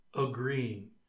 agreeing